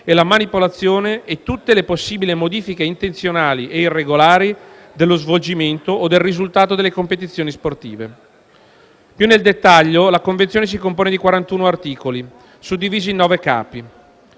la manipolazione e tutte le possibili modifiche intenzionali e irregolari dello svolgimento o del risultato delle competizioni sportive. Più nel dettaglio, la Convezione si compone di 41 articoli suddivisi in IX capi.